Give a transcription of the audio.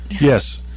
Yes